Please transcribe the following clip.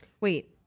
Wait